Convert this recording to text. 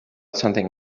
something